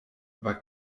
aber